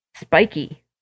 spiky